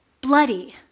bloody